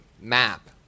map